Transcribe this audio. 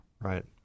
Right